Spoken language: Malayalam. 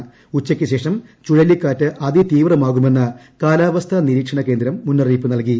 വെള്ളിയാഴ്ച ഉച്ചയ്ക്കുശേഷം ചുഴലിക്കാറ്റ് അതി തീവ്രമാകുമെന്ന് കാലാവസ്ഥാ നിരീക്ഷകേന്ദ്രം മുന്നറിയിപ്പ് നല്കി